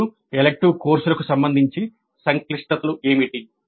ఇప్పుడు ఎలిక్టివ్ కోర్సులకు సంబంధించి సంక్లిష్టతలు ఏమిటి